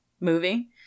movie